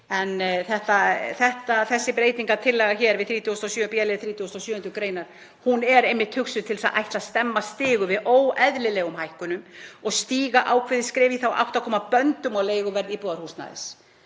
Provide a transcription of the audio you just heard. en þessi breytingartillaga við b-lið, 37. gr., er einmitt hugsuð til þess að stemma stigu við óeðlilegum hækkunum og stíga ákveðið skref í þá átt að koma böndum á leiguverð íbúðarhúsnæðis.